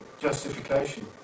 Justification